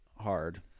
hard